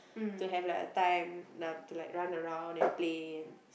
to have like a time uh to like run around and play and